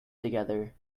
together